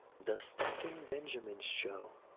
the stacking benjamin show,